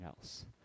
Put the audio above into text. else